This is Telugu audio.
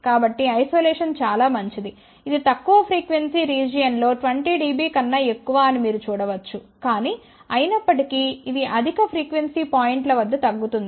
కాబట్టి ఐసోలేషన్ చాలా మంచిది ఇది తక్కువ ఫ్రీక్వెన్సీ రీజియన్ లో 20 dB కన్నా ఎక్కువ అని మీరు చూడ వచ్చు కానీ అయినప్పటి కీ ఇది అధిక ఫ్రీక్వెన్సీ పాయింట్ల వద్ద తగ్గుతుంది